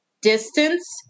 distance